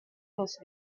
dos